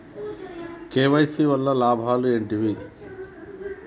KYC వల్ల లాభాలు ఏంటివి?